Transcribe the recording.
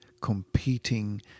competing